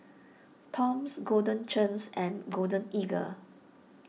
Toms Golden Churns and Golden Eagle